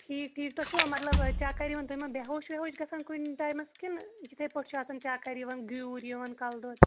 ٹھیٖک ٹھیٖک تۄہہِ چھُوا مطلب آ چَکر یِوان تُہۍ ما بےٚ ہوش وےٚ ہوش گژھان کُنہِ ٹایمَس کِنہٕ یِتھَے پٲٹھۍ چھُ آسان چَکر یِوان گیٛوٗر یِوان کَلہٕ دود